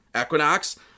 Equinox